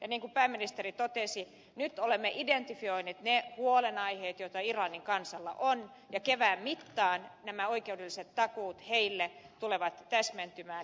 niin kuin pääministeri totesi nyt olemme identifioineet ne huolenaiheet joita irlannin kansalla on ja kevään mittaan nämä oikeudelliset takuut irlannille tulevat täsmentymään